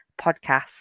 podcast